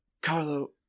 carlo